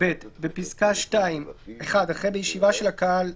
" בפסקה (2) - אחרי "בישיבה של הקהל"